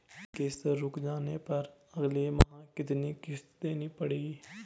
किश्त रुक जाने पर अगले माह कितनी किश्त देनी पड़ेगी?